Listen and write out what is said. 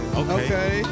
okay